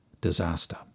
disaster